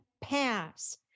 pass